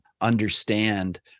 understand